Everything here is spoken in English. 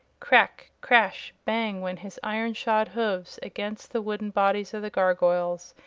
crack! crash! bang! went his iron-shod hoofs against the wooden bodies of the gargoyles,